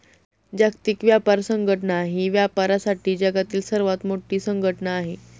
जागतिक व्यापार संघटना ही व्यापारासाठी जगातील सर्वात मोठी संघटना आहे